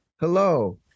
hello